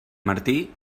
martí